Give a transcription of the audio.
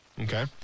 Okay